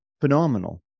phenomenal